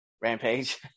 Rampage